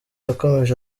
yakomeje